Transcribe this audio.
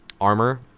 armor